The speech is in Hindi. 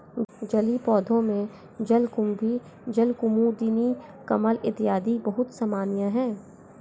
जलीय पौधों में जलकुम्भी, जलकुमुदिनी, कमल इत्यादि बहुत सामान्य है